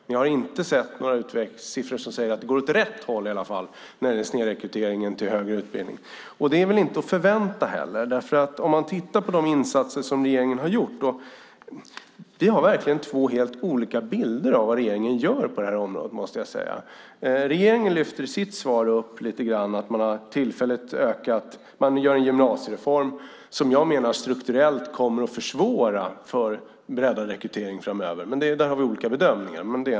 Jag har i alla fall inte sett några siffror som säger att det går åt rätt håll när det gäller snedrekryteringen till högre utbildning. Det är väl heller inte att förvänta. När det gäller de insatser regeringen har gjort måste jag säga att vi verkligen har två helt olika bilder av vad regeringen gör på detta område. Regeringen lyfter i sitt svar lite grann upp att man gör en gymnasiereform, vilken jag menar strukturellt kommer att försvåra för breddad rekrytering framöver. Där har vi dock olika bedömningar.